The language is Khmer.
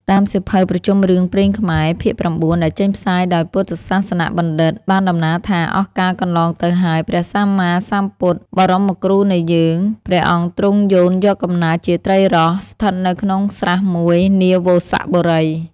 តាមសៀវភៅប្រជុំរឿងព្រេងខ្មែរ ភាគ៩ ដែលចេញផ្សាយដោយពុទ្ធសាសនបណ្ឌិត្យ បានដំណាលថា អស់កាលកន្លងទៅហើយ ព្រះសម្មាស្ពុទ្ធ បរម្យគ្រូនៃយើង ព្រះអង្គទ្រង់យោនយកកំណើតជាត្រីរ៉ស់ ស្ថិតនៅក្នុងស្រះមួយ នាវស្សបុរី។